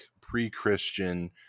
pre-Christian